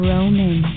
Roman